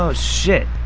ah shit,